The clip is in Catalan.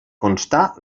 constar